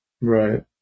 Right